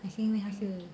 还是因为他是